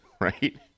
right